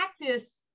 practice